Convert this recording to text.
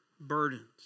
burdens